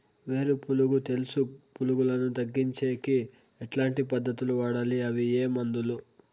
వేరు పులుగు తెలుసు పులుగులను తగ్గించేకి ఎట్లాంటి పద్ధతులు వాడాలి? అవి ఏ మందులు?